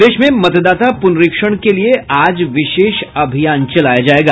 प्रदेश में मतदाता पुनरीक्षण के लिये आज विशेष अभियान चलाया जायेगा